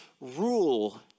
rule